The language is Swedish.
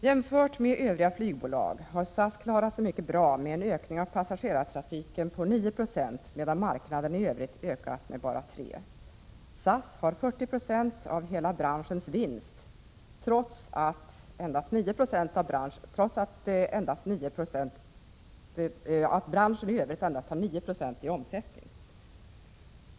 Jämfört med övriga flygbolag i Europa har SAS klarat sig mycket bra med en ökning av passagerartrafiken på 9 76, medan marknaden i övrigt ökat med bara 3 20. SAS har 40 96 av hela branschens vinst, trots att SAS har endast 9 0 av branschens omsättning.